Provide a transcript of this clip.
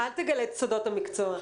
אל תגלה את סודות המקצוע.